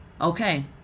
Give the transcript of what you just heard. Okay